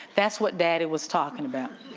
that's what daddy was talking about.